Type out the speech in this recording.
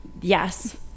Yes